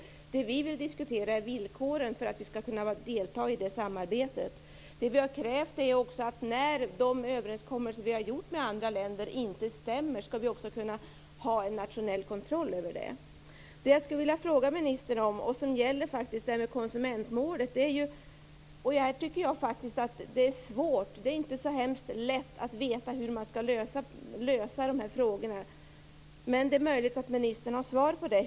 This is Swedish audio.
Det vi vill diskutera är villkoren för att vi skall kunna delta i det samarbetet. Vi i Vänsterpartiet har också krävt att när de överenskommelser som Sverige har gjort med andra länder inte stämmer skall man kunna ha en nationell kontroll över detta. Jag vill ställa en fråga till ministern om konsumentmålet. Det är inte så lätt att veta hur man skall lösa dessa frågor, men det är möjligt att ministern kan ge mig ett svar.